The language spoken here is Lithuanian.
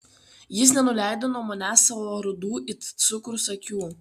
jis nenuleido nuo manęs savo rudų it cukrus akių